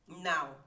Now